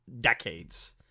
decades